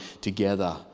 together